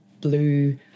blue